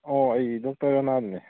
ꯑꯣ ꯑꯩ ꯗꯣꯛꯇꯔ ꯔꯅꯥꯗꯨꯅꯦ